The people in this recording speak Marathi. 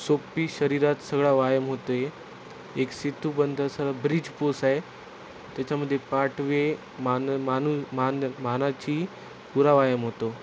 सोपी शरीरात सगळा व्यायाम होतो आहे एक सेतूबंध सळा ब्रिज पोस आहे त्याच्यामध्ये पाठवे मान मानू मान मानाची पुरा व्यायाम होतो